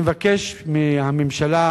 אני מבקש מהממשלה,